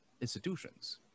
institutions